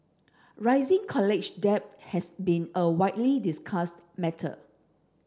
rising college debt has been a widely discussed matter